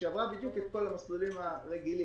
שעברה בדיוק את כל המסלולים הרגילים,